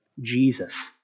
Jesus